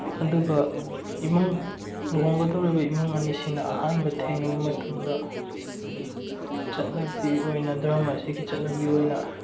ꯑꯗꯨꯒ ꯏꯃꯨꯡ ꯂꯨꯍꯣꯡꯒꯗꯧꯔꯤꯕ ꯏꯃꯨꯡ ꯑꯅꯤꯁꯤꯅ ꯑꯍꯥꯟꯕ ꯊꯦꯡꯅꯕ ꯃꯇꯝꯗ ꯆꯠꯅꯕꯤ ꯑꯣꯏꯅ ꯙꯔꯃ ꯑꯁꯤꯒꯤ ꯆꯠꯅꯕꯤ ꯑꯣꯏꯅ